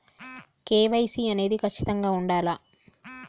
KYC అనేది ఖచ్చితంగా ఉండాలా?